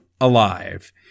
alive